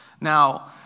Now